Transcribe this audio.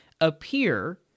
appear